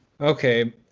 Okay